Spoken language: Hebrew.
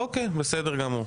אוקי, בסדר גמור.